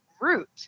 root